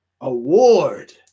award